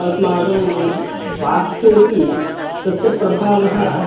अस्माकं स्वास्थ्येपि तस्य प्रभावः